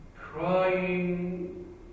Crying